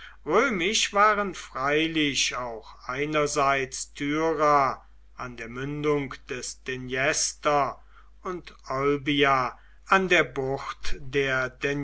römisch waren freilich auch einerseits tyra an der mündung des dnjestr und olbia an der bucht der